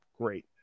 Great